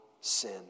sin